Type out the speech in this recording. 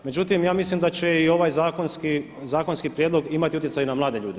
Međutim, ja mislim da će i ovaj zakonski prijedlog imati utjecaj na mlade ljude.